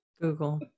Google